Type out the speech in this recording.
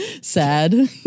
sad